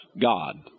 God